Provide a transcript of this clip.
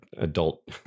adult